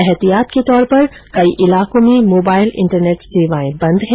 एहतियात के तौर पर कई इलाकों में मोबाइल इंटरनेट सेवाएं बंद है